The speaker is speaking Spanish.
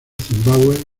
zimbabue